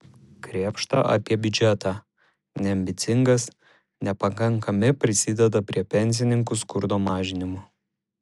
krėpšta apie biudžetą neambicingas nepakankami prisideda prie pensininkų skurdo mažinimo